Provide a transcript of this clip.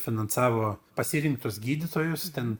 finansavo pasirinktus gydytojus ten